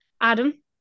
Adam